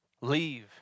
leave